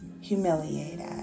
humiliated